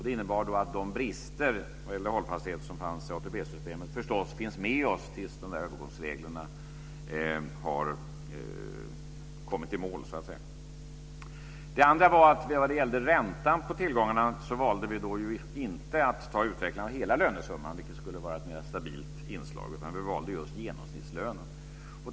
Det innebar att de brister vad gällde hållfasthet som fanns i ATP-systemet finns med oss tills dessa övergångsregler har kommit i mål. Det andra var att vi vad gällde räntan på tillgångarna inte valde utvecklingen av hela lönesumman, vilket skulle vara ett mera stabilt inslag. Vi valde just genomsnittslönen.